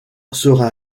sera